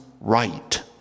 right